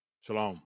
Shalom